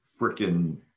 freaking